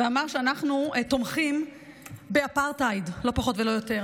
ואמר שאנחנו תומכים באפרטהייד, לא פחות ולא יותר.